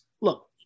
look